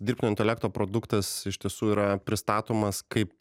dirbtinio intelekto produktas iš tiesų yra pristatomas kaip